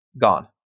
gone